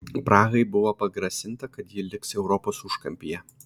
prahai buvo pagrasinta kad ji liks europos užkampyje